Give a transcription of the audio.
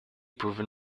proven